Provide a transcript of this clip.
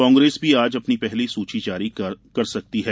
कांग्रेस भी आज अपनी पहली सूची जारी कर सकती है